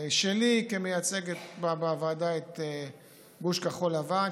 שלי כמייצג בוועדה את גוש כחול לבן,